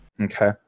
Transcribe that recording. Okay